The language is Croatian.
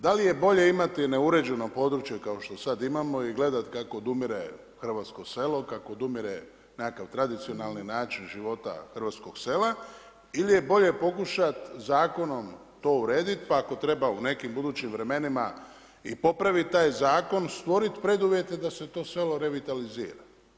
Da li je bolje imati neuređeno područje kao što sada imamo i gledati kako odumire hrvatsko selo, kako odumire nekakav tradicionalni način života hrvatskog sela ili je bolje pokušati zakonom to urediti pa ako treba u nekim budućim vremenima i popraviti taj zakon, stvoriti preduvjete da se to selo revitalizira.